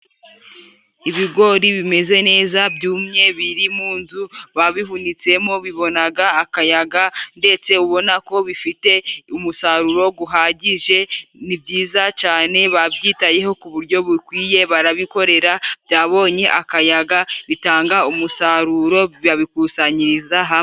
Ibigori bimeze neza byumye biri mu nzu babihunitsemo, bibonaga akayaga ndetse ubona ko bifite umusaruro guhagije ni byiza cyane, babyitayeho k'uburyo bukwiye barabikorera, byabonye akayaga bitanga umusaruro, babikusanyiriza hamwe.